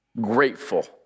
Grateful